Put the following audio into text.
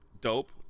dope